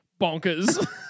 bonkers